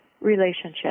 relationship